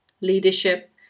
leadership